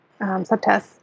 subtests